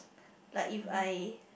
like if I